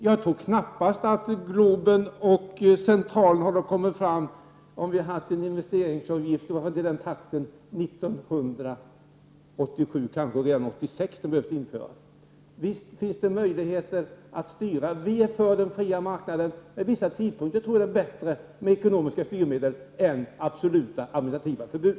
Jag tror knappast att Globen och Centralen hade producerats i så snabb takt om det hade funnits en investeringsavgift 1987 eller t.o.m. 1986. Visst finns det möjligheter att styra. Vi i centern är för den fria marknaden. Men vid vissa tidpunkter tror jag att det är bättre med ekonomiska styrmedel än absoluta administrativa förbud.